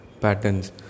Patterns